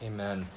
Amen